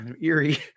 eerie